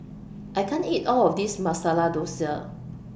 I can't eat All of This Masala Dosa